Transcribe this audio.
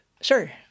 Sure